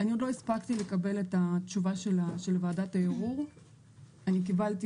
אני עוד לא הספקתי לקבל את התשובה של ועדת הערעור אני קיבלתי